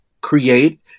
create